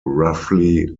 roughly